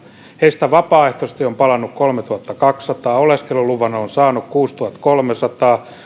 heistä vapaaehtoisesti on palannut kolmetuhattakaksisataa oleskeluluvan on saanut kuusituhattakolmesataa